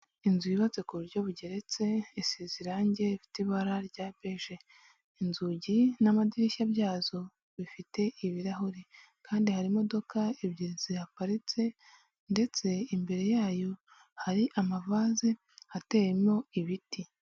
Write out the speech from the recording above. Inzu yubatse ku buryo bugeretse, isize irange rifite ibara rya beje. Inzugi n'amadirishya byazo bifite ibirahuri. Kandi hari imodoka ebyiri zihaparitse, ndetse imbere yayo hari amavaze ateyemo ibiti.